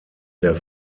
der